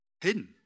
Hidden